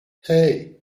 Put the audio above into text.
hey